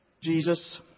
Jesus